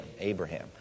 Abraham